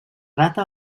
data